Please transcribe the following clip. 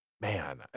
man